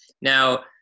Now